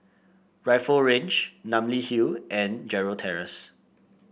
Rifle Range Namly Hill and Gerald Terrace